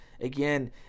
again